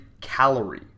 calorie